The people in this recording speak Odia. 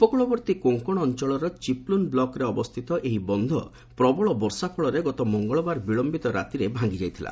ଉପକୂଳବର୍ତ୍ତୀ କୋଙ୍କଣ ଅଞ୍ଚଳର ଚିପ୍ଲୁନ ବ୍ଲକରେ ଅବସ୍ଥିତ ଏହି ବନ୍ଧ ପ୍ରବଳ ବର୍ଷା ଫଳରେ ଗତ ମଙ୍ଗଳବାର ବିଳମ୍ବିତ ରାତିରେ ଭାଙ୍ଗିଯାଇଥିଲା